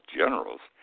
generals